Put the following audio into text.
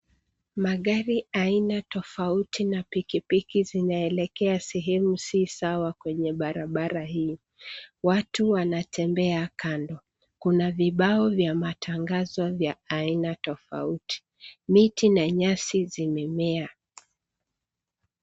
Magari aina tofauti na pikipiki zinaelekea sehemu si sawa kwenye barabara hii ,watu wanatembea kando. Kuna vibao vya matangazo vya aina tofauti. Miti na nyasi zimemea.